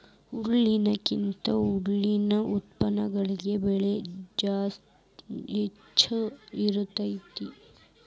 ಹಾಲಿನಕಿಂತ ಹಾಲಿನ ಉತ್ಪನ್ನಗಳಿಗೆ ಬೆಲೆ ಹೆಚ್ಚ ಇರತೆತಿ